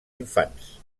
infants